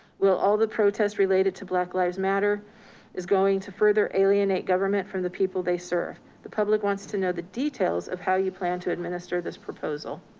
while all the protests related to black lives matter is going to further alienate government from the people they serve. the public wants to know the details of how you plan to administer this proposal.